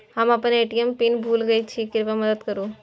हम आपन ATM pin भूल गईल छी, कृपया मदद करू